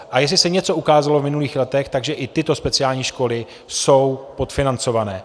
A jestli se něco ukázalo v minulých letech, tak že i tyto speciální školy jsou podfinancované.